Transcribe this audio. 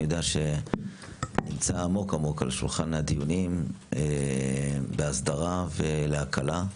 אני יודע שנמצא עמוק על שולחן הדיונים בהסדרה ולהקלה.